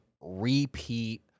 repeat